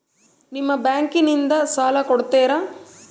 ನಿಮ್ಮ ಬ್ಯಾಂಕಿನಿಂದ ಸಾಲ ಕೊಡ್ತೇರಾ?